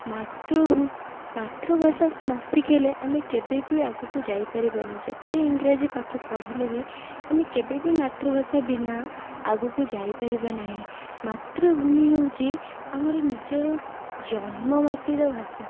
ମାତୃ ମାତୃଭାଷା ନ ଶିଖେଇଲେ ଆମେ କେବେ ବି ଆଗକୁ ଯାଇପାରିବାନି ଯେତେ ଇଂରାଜୀ ପାଠ ପଢ଼ିଲେ ବି ଆମେ କେବେବି ମାତୃଭାଷା ବିନା ଆଗକୁ ଯାଇପାରିବା ନାହିଁ ମାତୃଭୂମି ହେଉଛି ଆମ ନିଜର ଜନ୍ମ ମାଟିର ଭାଷା